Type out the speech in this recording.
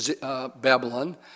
Babylon